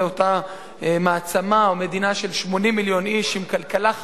אותה מעצמה או מדינה של 80 מיליון איש עם כלכלה חזקה,